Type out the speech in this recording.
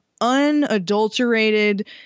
unadulterated